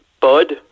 bud